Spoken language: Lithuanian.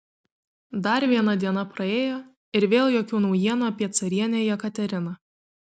dar viena diena praėjo ir vėl jokių naujienų apie carienę jekateriną